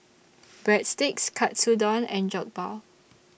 Breadsticks Katsudon and Jokbal